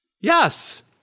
Yes